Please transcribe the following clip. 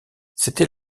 c’était